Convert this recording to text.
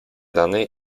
rany